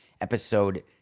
episode